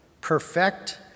perfect